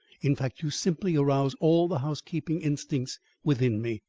in fact, you simply arouse all the housekeeping instincts within me.